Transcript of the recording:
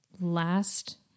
last